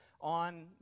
on